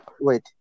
Wait